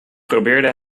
probeerde